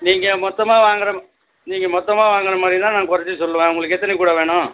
நீங்கள் மொத்தமாக வாங்குற நீங்கள் மொத்தமாக வாங்குற மாதிரி இருந்தால் நான் குறைத்து சொல்லுவேன் உங்களுக்கு எத்தனை கூடை வேணும்